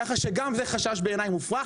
ככה שגם זה חשש בעיניי מופרך.